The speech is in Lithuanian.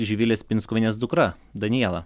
živilės pinskuvienės dukra daniela